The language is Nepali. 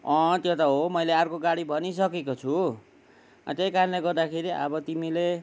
त्यो त हो मैले अर्को गाडी भनिसकेको छु त्यही कारणले गर्दाखेरि अब तिमीले